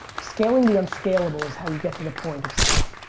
scaling the unscalable is how you get to the point of scale,